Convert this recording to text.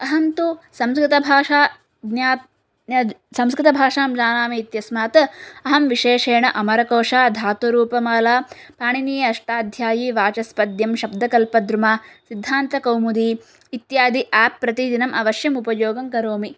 अहन्तु संस्कृतभाषा ज्ञाप् संस्कृतभाषां जानामि इत्यस्मात् अहं विशेषेण अमरकोशः धातुरूपमाला पाणिनीय अष्टाध्यायी वाचस्पत्यं शब्दकल्पद्रुमः सिद्धान्तकौमुदी इत्यादि एप् प्रतिदिनम् अवश्यम् उपयोगङ्करोमि